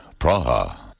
Praha